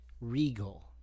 regal